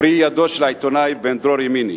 פרי ידו של העיתונאי בן-דרור ימיני.